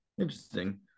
Interesting